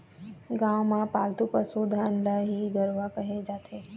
गाँव म पालतू पसु धन ल ही गरूवा केहे जाथे